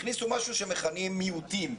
הכניסו משהו שמכנים מיעוטים.